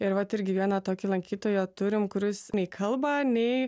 ir vat irgi vieną tokį lankytoją turim kuris nei kalba nei